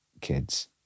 kids